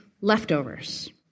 leftovers